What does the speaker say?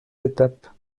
étapes